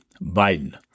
Biden